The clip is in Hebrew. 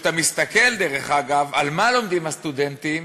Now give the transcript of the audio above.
וכשאתה מסתכל, דרך אגב, על מה לומדים הסטודנטים,